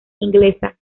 inglesa